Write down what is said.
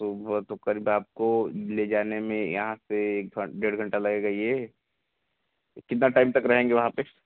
सुबह तो कल रात को ले जाने में यहाँ से एक बार डेढ़ घंटा लगेगा ये कितना टाइम तक रहेंगे वहाँ पर